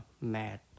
mad